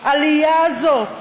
העלייה הזאת,